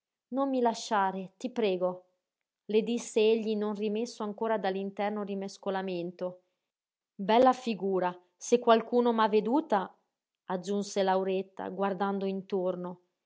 non mi lasciare ti prego le disse egli non rimesso ancora dall'interno rimescolamento bella figura se qualcuno m'ha veduta aggiunse lauretta guardando intorno